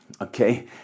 Okay